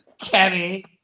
Kenny